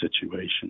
situation